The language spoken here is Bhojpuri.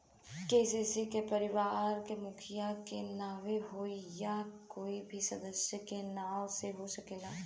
के.सी.सी का परिवार के मुखिया के नावे होई या कोई भी सदस्य के नाव से हो सकेला?